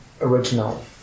original